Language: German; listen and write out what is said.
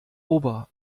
ober